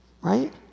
right